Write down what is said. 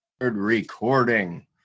recording